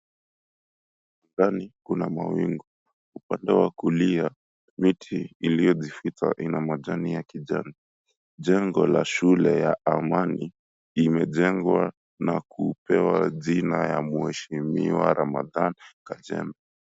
Angani kuna mawingu. Upande wa kulia miti iliyojificha ina majani ya kijani. Jengo la shule ya amani imejengwa na kupewa jina ya mheshimiwa Ramadan Kachembe.